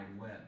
Web